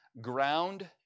ground